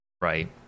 right